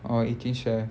orh Eighteen Chef